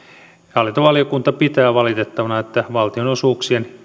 hallintovaliokunta pitää valitettavana että valtionosuuksien